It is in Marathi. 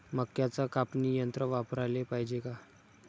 मक्क्याचं कापनी यंत्र वापराले पायजे का?